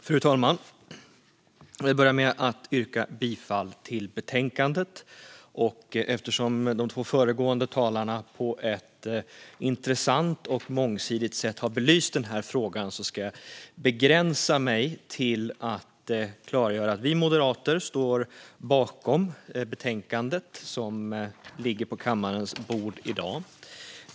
Fru talman! Jag vill börja med att yrka bifall till förslaget i betänkandet. Eftersom de två föregående talarna på ett intressant och mångsidigt sätt har belyst den här frågan ska jag begränsa mig till att klargöra att vi moderater står bakom det betänkande som ligger på kammarens bord i dag.